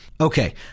Okay